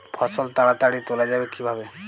ফসল তাড়াতাড়ি তোলা যাবে কিভাবে?